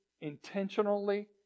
intentionally